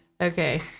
Okay